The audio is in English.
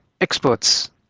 experts